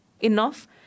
enough